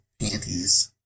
panties